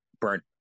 burnt